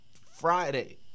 Friday